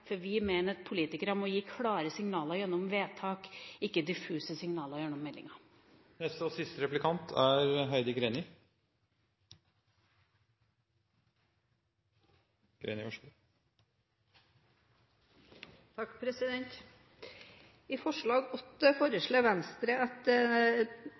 for vi mener at politikere må gi klare signaler gjennom vedtak, og ikke diffuse signaler gjennom meldinger. I forslag